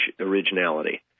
originality